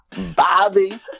Bobby